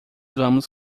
vamos